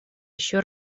еще